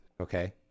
Okay